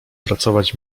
pracować